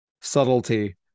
subtlety